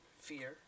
fear